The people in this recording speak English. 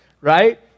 Right